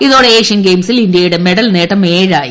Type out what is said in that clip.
ഇതോടെ ഏഷ്യൻ ഗെയിംസിൽ ഇന്ത്യയുടെ മെഡൽ നേട്ടം ഏഴായി